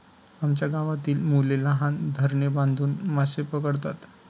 आमच्या गावातील मुले लहान धरणे बांधून मासे पकडतात